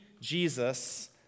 Jesus